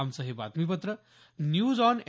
आमचं हे बातमीपत्र न्यूज ऑन ए